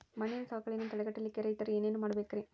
ಮಣ್ಣಿನ ಸವಕಳಿಯನ್ನ ತಡೆಗಟ್ಟಲಿಕ್ಕೆ ರೈತರು ಏನೇನು ಮಾಡಬೇಕರಿ?